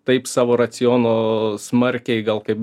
taip savo raciono smarkiai gal kaip